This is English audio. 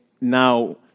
now